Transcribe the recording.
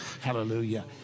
Hallelujah